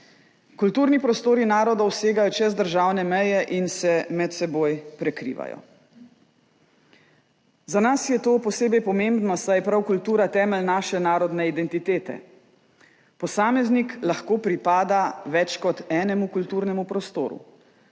Kulturni prostori narodov segajo čez državne meje in se med seboj prekrivajo. Za nas je to posebej pomembno, saj je prav kultura temelj naše narodne identitete. Posameznik lahko pripada več kot enemu kulturnemu prostoru.